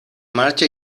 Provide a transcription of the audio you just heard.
marcha